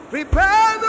Prepare